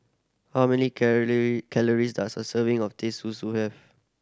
how many calories does a serving of Teh Susu have